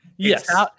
Yes